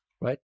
right